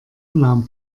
nahm